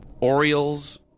Orioles